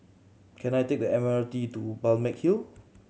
can I take the M R T to Balmeg Hill